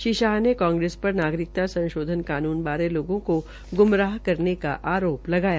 श्री शाह ने कांग्रेस पर नागरिकता संशोधन कानून बारे लोगों को ग्मराह करने का आरोप लगाया